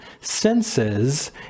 Senses